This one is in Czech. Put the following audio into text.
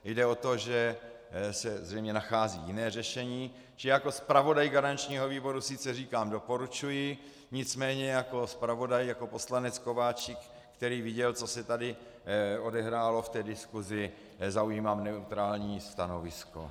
Jde o to, že se zřejmě nachází jiné řešení, že jako zpravodaj garančního výboru sice říkám doporučuji, nicméně jako zpravodaj, jako poslanec Kováčik, který viděl, co se tady odehrálo v diskusi, zaujímám neutrální stanovisko.